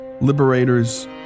liberators